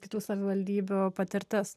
kitų savivaldybių patirtis